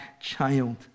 child